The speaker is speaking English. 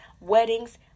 weddings